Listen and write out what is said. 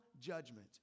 judgment